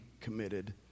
committed